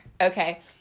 Okay